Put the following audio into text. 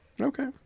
okay